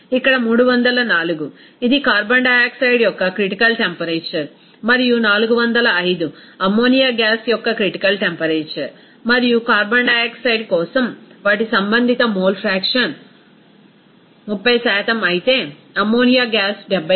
ఇక్కడ 304 ఇది carbon dioxide యొక్క క్రిటికల్ టెంపరేచర్ మరియు 405 అమ్మోనియా గ్యాస్ యొక్క క్రిటికల్ టెంపరేచర్ మరియు కార్బన్ డయాక్సైడ్ కోసం వాటి సంబంధిత మోల్ ఫ్రాక్షన్ 30 అయితే అమ్మోనియా గ్యాస్ 70